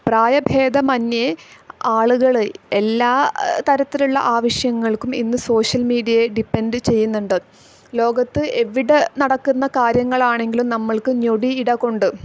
പ്രായ ഭേദമന്യേ ആളുകൾ എല്ലാ തരത്തിലുള്ള ആവിശ്യങ്ങൾക്കും ഇന്ന് സോഷ്യൽ മീഡിയയെ ഡിപ്പൻഡ് ചെയ്യുന്നുണ്ട് ലോകത്ത് എവിടെ നടക്കുന്ന കാര്യങ്ങളാണെങ്കിലും നമ്മൾക്ക് ഞൊടി ഇട കൊണ്ട്